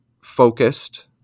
focused